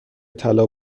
طلا